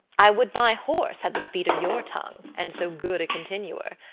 i would my horse had the speed of your tongue, and so good a continuer.